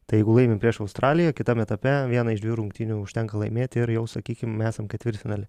tai jeigu laimim prieš australiją kitam etape vieną iš dviejų rungtynių užtenka laimėt ir jau sakykim esam ketvirtfinaly